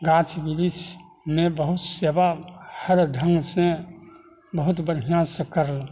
गाछ बृक्षमे बहुत सेवा हर ढङ्ग से बहुत बढ़िआँसँ कयलहुॅं